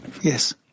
Yes